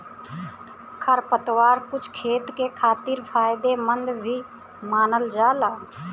खरपतवार कुछ खेत के खातिर फायदेमंद भी मानल जाला